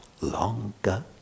longer